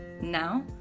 Now